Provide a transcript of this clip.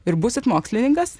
ir būsit mokslininkas